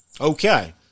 Okay